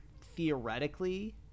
theoretically